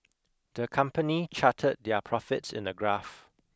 the company charted their profits in a graph